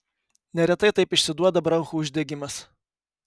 neretai taip išsiduoda bronchų uždegimas